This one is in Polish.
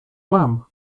mam